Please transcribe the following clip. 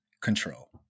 control